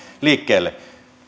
liikkeelle